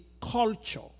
culture